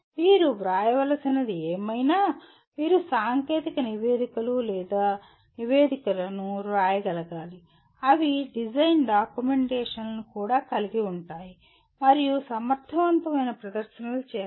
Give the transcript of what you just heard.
మీరు వ్రాయవలసినది ఏమైనా మీరు సాంకేతిక నివేదికలు లేదా నివేదికలను వ్రాయగలగాలి అవి డిజైన్ డాక్యుమెంటేషన్లను కూడా కలిగి ఉంటాయి మరియు సమర్థవంతమైన ప్రదర్శనలను చేస్తాయి